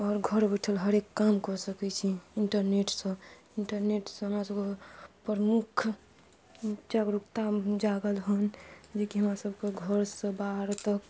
आओर घर बैसल हरेक काम कऽ सकैत छी इन्टरनेटसँ इन्टरनेटसँ हमरा सबके प्रमुख जागरूकता जागल हन जेकि हमरा सबके घरसँ बाहर तक